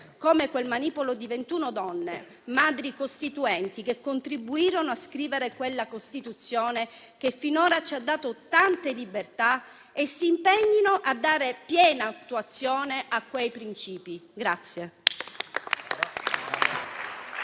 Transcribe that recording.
come quel manipolo di 21 donne Madri costituenti che contribuirono a scrivere quella Costituzione che finora ci ha dato tante libertà e si impegnino a dare piena attuazione a quei principi.